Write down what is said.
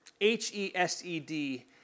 H-E-S-E-D